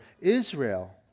Israel